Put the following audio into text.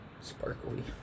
Sparkly